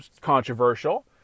controversial